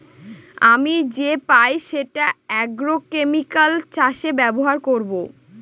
আমি যে পাই সেটা আগ্রোকেমিকাল চাষে ব্যবহার করবো